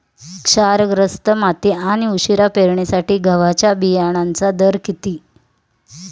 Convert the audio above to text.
क्षारग्रस्त माती आणि उशिरा पेरणीसाठी गव्हाच्या बियाण्यांचा दर किती?